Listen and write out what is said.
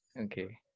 okay